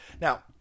Now